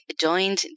joined